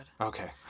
Okay